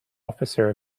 officer